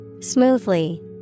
Smoothly